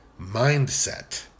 mindset